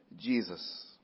Jesus